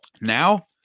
Now